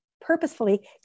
purposefully